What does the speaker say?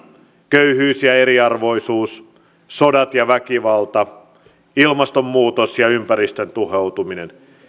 köyhyys ja eriarvoisuus sodat ja väkivalta ilmastonmuutos ja ympäristön tuhoutuminen